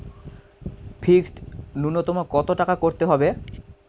Fixed নুন্যতম কত টাকা করতে হবে?